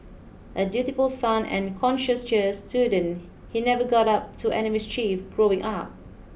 a dutiful son and conscientious student he never got up to any mischief growing up